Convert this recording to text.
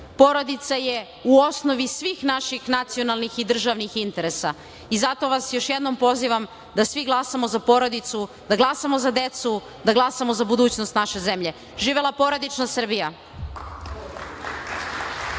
Porodica je u osnovi svih naših nacionalnih i državnih interesa. Zato vas još jednom pozivam da svi glasamo za porodicu, da glasamo za decu, da glasamo za budućnost naše zemlje. Živela porodična Srbija.